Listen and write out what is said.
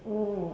oh